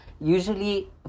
usually